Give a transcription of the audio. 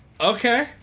Okay